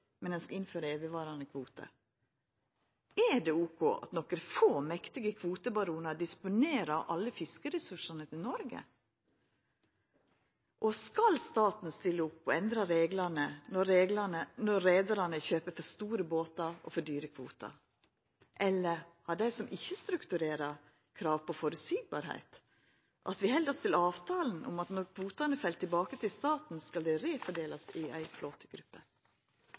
men ein skal innføra evigvarande kvotar? Er det ok at nokre få, mektige kvotebaronar disponerer alle fiskeressursane til Noreg? Og skal staten stilla opp og endra reglane når reiarane kjøper for store båtar og for dyre kvotar? Eller har dei som ikkje strukturerer, krav på føreseielegheit, at vi held oss til avtalen om at når kvotane fell tilbake til staten, skal dei refordelast i flåtegruppa? Det